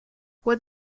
what